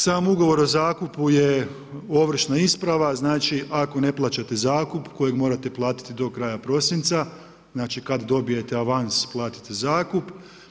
Sam ugovor o zakupu je ovršna isprava, znači ako ne plaćate zakup kojeg morate platiti do kraja prosinca, znači kad dobijete avans platite zakup.